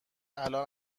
الان